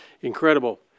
Incredible